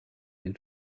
due